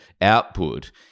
output